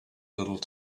little